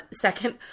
second